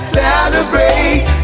celebrate